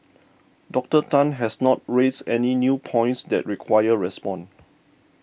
Doctor Tan has not raised any new points that require response